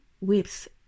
whips